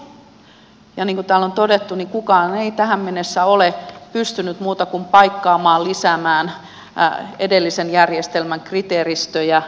niin kuin täällä on todettu kukaan ei tähän mennessä ole pystynyt muuta kuin paikkaamaan lisäämään edellisen järjestelmän kriteeristöjä